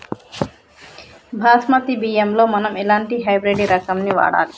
బాస్మతి బియ్యంలో మనం ఎలాంటి హైబ్రిడ్ రకం ని వాడాలి?